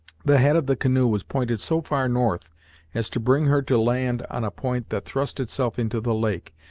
the head of the canoe was pointed so far north as to bring her to land on a point that thrust itself into the lake,